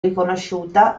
riconosciuta